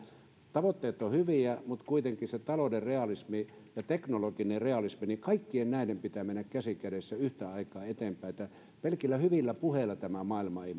tavoitteet ovat hyviä mutta kuitenkin sen talouden realismin ja teknologisen realismin kaikkien näiden pitää mennä käsi kädessä yhtä aikaa eteenpäin pelkillä hyvillä puheilla tämä maailma ei